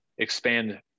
expand